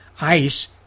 ICE